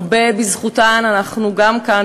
הרבה בזכותן אנחנו גם כאן,